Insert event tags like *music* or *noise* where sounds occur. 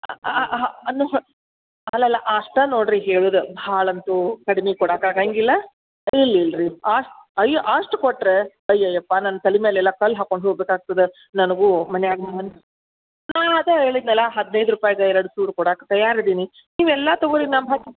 ಹಾಂ ಹಾಂ ಹಾಂ ಅಲ್ಲಲ್ಲ ಅಷ್ಟೆ ನೋಡಿರಿ ಹೇಳುದು ಭಾಳ ಅಂತೂ ಕಡ್ಮೆ ಕೊಡಕ್ಕೆ ಆಗೋಂಗಿಲ್ಲ ಇಲ್ಲಿಲ್ಲ ರೀ ಆ ಅಯ್ಯೋ ಅಷ್ಟ್ ಕೊಟ್ಟರೆ ಅಯ್ಯಯ್ಯಪ್ಪ ನನ್ನ ತಲೆ ಮೇಲೆಲ್ಲ ಕಲ್ಲು ಹಾಕೊಂಡು ಹೋಗ್ಬೇಕಾಗ್ತದೆ ನನಗೂ ಮನಿಯಾಗ *unintelligible* ನಾ ಅದೇ ಹೇಳಿದ್ನಲ್ಲ ಹದಿನೈದು ರೂಪಾಯ್ಗೆ ಎರಡು ಸೂಡು ಕೊಡಕ್ಕೆ ತಯಾರು ಅದಿನಿ ನೀವು ಎಲ್ಲ ತಗೋರಿ *unintelligible*